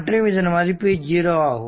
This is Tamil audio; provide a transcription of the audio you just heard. மற்றும் இதன் மதிப்பு 0 ஆகும்